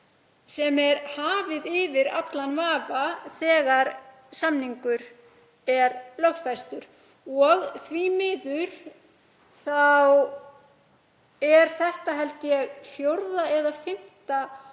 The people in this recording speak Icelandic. sem er hafið yfir allan vafa þegar samningur er lögfestur. Því miður er þetta, held ég, fjórða eða fimmta